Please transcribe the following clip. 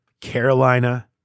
Carolina